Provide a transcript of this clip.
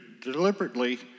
deliberately